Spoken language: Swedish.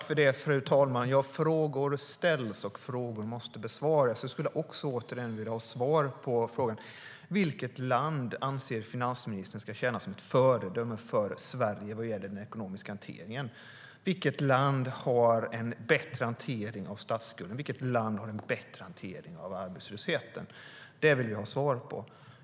Fru talman! Frågor ställs, och frågor måste besvaras. Jag skulle, återigen, vilja ha svar på frågan om vilket land finansministern anser ska tjäna som ett föredöme för Sverige vad gäller den ekonomiska hanteringen. Vilket land har en bättre hantering av statsskulden? Vilket land har en bättre hantering av arbetslösheten? Det vill vi ha svar på.